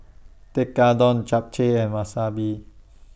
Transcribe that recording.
Tekkadon Japchae and Wasabi